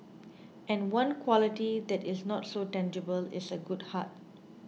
and one quality that is not so tangible is a good heart